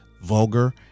vulgar